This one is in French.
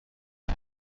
vue